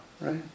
right